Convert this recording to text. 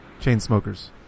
Chainsmokers